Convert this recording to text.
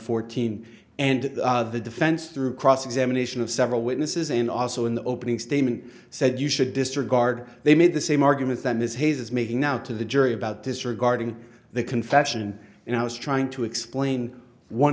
fourteen and the defense through cross examination of several witnesses and also in the opening statement said you should disregard they made the same argument that ms hayes is making now to the jury about this regarding the confession and i was trying to explain one